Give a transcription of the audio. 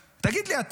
תגיד לי אתה,